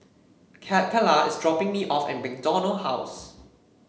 Cacalla is dropping me off at MacDonald House